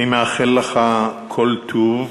אני מאחל לך כל טוב.